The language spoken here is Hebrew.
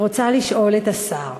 אני רוצה לשאול את השר: